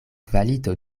kvalito